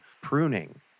pruning